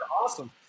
awesome